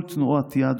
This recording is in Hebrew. כל תנועת יד,